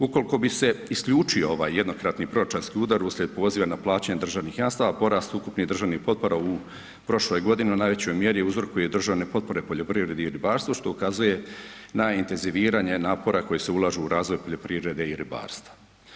Ukoliko bi se isključio ovaj jednokratni proračunski udar uslijed poziva na plaćanje državnih jamstava porast ukupnih državnih potpora u prošloj godini u najvećoj mjeri uzrokuje državne potpore poljoprivredi i ribarstvu što ukazuje najintenziviranje napora koji se ulažu u razvoj poljoprivrede i ribarstva.